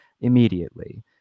immediately